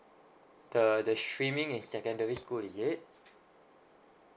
the the streaming is secondary school is it